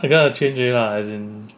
I gonna change kaeya lah as in